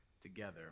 together